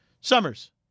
Summers